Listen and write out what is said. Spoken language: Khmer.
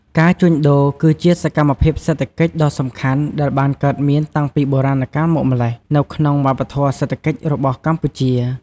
ការជួញដូរ គឺជាសកម្មភាពសេដ្ឋកិច្ចដ៏សំខាន់ដែលបានកើតមានតាំងពីបុរាណកាលមកម្ល៉េះនៅក្នុងវប្បធម៌សេដ្ឋកិច្ចរបស់កម្ពុជា។